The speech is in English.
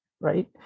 right